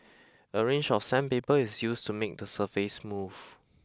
a range of sandpaper is used to make the surface smooth